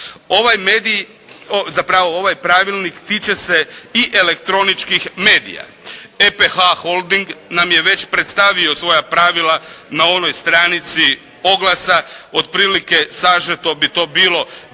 ovaj pravilnik tiče se i elektroničkih medija. PPH holding nam je već predstavio svoja pravila na onoj stranici oglasa. Otprilike sažeto bi to bilo, biti